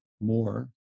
more